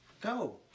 Go